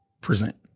present